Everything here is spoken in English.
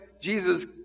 Jesus